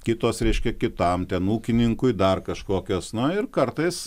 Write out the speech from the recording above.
kitos reiškia kitam ten ūkininkui dar kažkokios na ir kartais